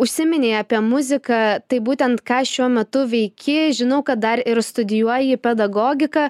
užsiminei apie muziką tai būtent ką šiuo metu veiki žinau kad dar ir studijuoji pedagogiką